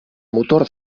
motor